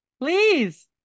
Please